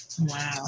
Wow